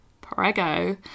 prego